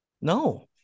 No